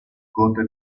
conte